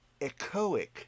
echoic